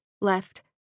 left